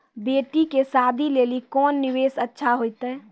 बेटी के शादी लेली कोंन निवेश अच्छा होइतै?